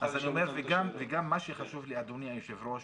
מה שחשוב לי, אדוני היושב-ראש,